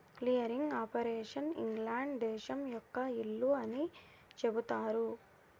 clearing operation England దేశం యొక్క ఇల్లు అని చెబుతారు